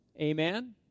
amen